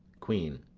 queen.